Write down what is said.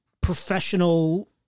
professional